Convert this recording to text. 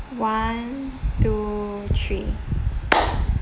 one two three